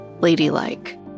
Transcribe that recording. ladylike